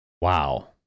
Wow